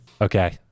okay